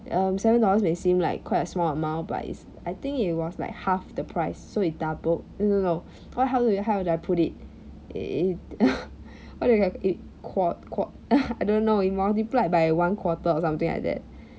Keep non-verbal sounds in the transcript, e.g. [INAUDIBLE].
um seven dollars may seem like quite a small amount but it's I think it was like half the price so it doubled eh no no what how would how would I put it it [LAUGHS] what do I it qua~ qua~ [LAUGHS] I don't know it multiplied by one quarter or something like that